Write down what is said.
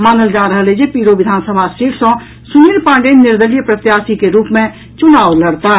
मानल जा रहल अछि जे पीरो विधानसभा सीट सॅ सुनील पांडेय निर्दलीय प्रत्याशी के रूप मे चुनाव लड़ताह